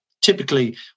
Typically